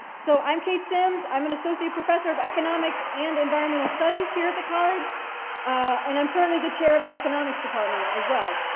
so, i'm kate sims. i'm an associate professor of economics and environmental studies here at the college and i'm currently the chair of the economics department as well.